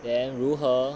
then 如何